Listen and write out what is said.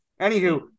Anywho